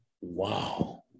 wow